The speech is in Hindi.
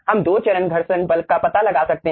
हम दो चरण घर्षण बल का पता लगा सकते हैं